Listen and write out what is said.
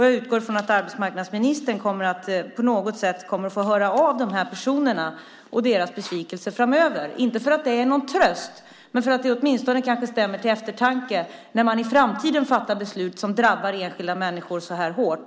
Jag utgår från att arbetsmarknadsministern på något sätt kommer att få höra av de här personerna och deras besvikelse framöver. Inte för att det är någon tröst, men det kanske åtminstone stämmer till eftertanke när man i framtiden fattar beslut som drabbar enskilda människor så här hårt.